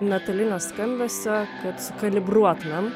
metalinio skambesio kad sukalibruotumėm